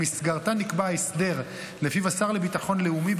שבמסגרתה נקבע הסדר שלפיו השר לביטחון לאומי,